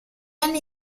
anni